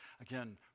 Again